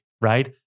right